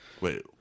wait